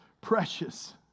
Precious